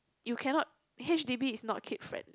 you cannot H_D_B is not kid friendly